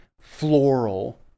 floral